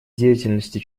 деятельности